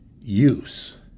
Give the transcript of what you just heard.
use